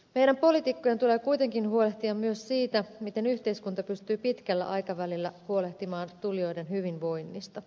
meidän poliitikkojen tulee kuitenkin huolehtia myös siitä miten yhteiskunta pystyy pitkällä aikavälillä huolehtimaan tulijoiden hyvinvoinnista